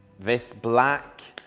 this black